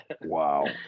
wow